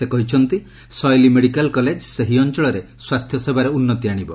ସେ କହିଛନ୍ତି ସୟଲି ମେଡିକାଲ୍ କଲେଜ୍ ସେହି ଅଞ୍ଚଳରେ ସ୍ୱାସ୍ଥ୍ୟ ସେବାରେ ଉନ୍ନତି ଆଣିବ